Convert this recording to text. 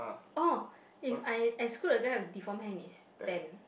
oh if I exclude the guy with deform hand is ten